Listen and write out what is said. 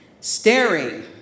staring